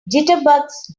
jitterbugs